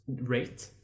rate